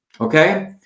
okay